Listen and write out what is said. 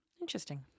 Interesting